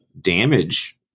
damage